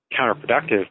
counterproductive